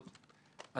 אתי בנדלר